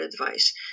advice